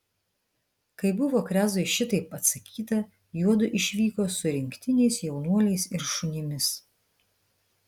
kai buvo krezui šitaip atsakyta juodu išvyko su rinktiniais jaunuoliais ir šunimis